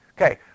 Okay